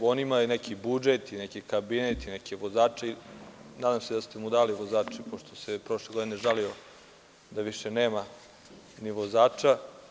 On ima neki budžet, neki kabinet i neke vozače, nadam se da ste mu dali vozača, pošto se prošle godine žalio da više nema ni vozača.